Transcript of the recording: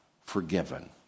forgiven